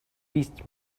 beast